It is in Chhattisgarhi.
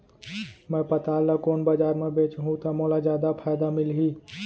मैं पताल ल कोन बजार म बेचहुँ त मोला जादा फायदा मिलही?